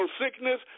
sickness